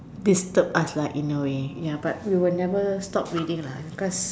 disturb us lah in a way ya but we will never stop reading lah because